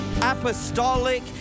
apostolic